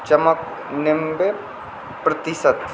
चमक नब्बे प्रतिशत